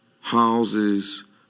houses